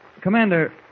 Commander